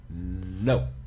No